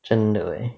真的